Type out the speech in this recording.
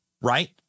right